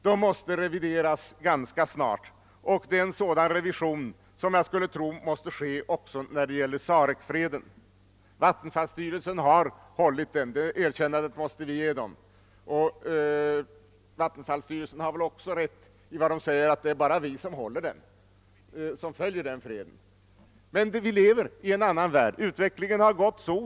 Vi kommer härvid in på något som tydligt framgår av den mycket summariska ekonomiska översikt, som läm nas i de handlingar vattenfallsstyrelsen ställt till vårt förfogande. Där står icke ett ord om ersättning för förlorade naturvärden. Detta nämndes tidigare också av herr Ahlmark eller av herr Tobé. Det är något som tyvärr inte bara är kännetecknande för denna fråga.